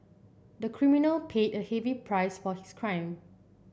the criminal paid a heavy price for his crime